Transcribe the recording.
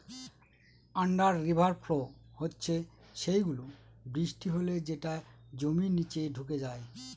under river flow হচ্ছে সেই গুলো, বৃষ্টি হলে যেটা জমির নিচে ঢুকে যায়